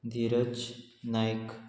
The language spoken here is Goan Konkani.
धिरज नायक